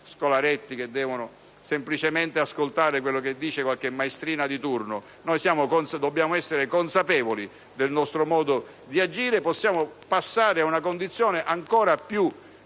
scolaretti che devono semplicemente ascoltare quello che dice qualche maestrina di turno). Noi dobbiamo essere consapevoli del nostro modo di agire e del fatto che possiamo passare a uno stato ancora più precario